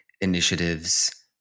initiatives